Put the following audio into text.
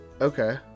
Okay